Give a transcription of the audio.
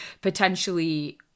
potentially